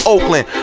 Oakland